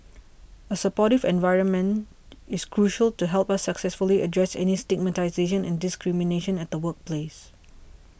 a supportive environment is crucial to help us successfully address any stigmatisation and discrimination at the workplace